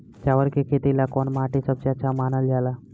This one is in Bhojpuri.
चावल के खेती ला कौन माटी सबसे अच्छा मानल जला?